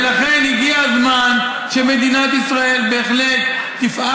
ולכן הגיע הזמן שמדינת ישראל בהחלט תפעל